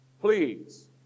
please